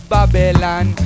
Babylon